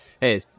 hey